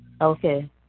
Okay